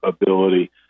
ability